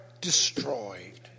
destroyed